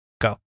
go